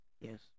Yes